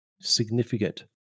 Significant